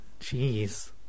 Jeez